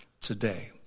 today